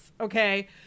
okay